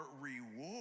reward